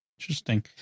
Interesting